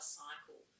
cycle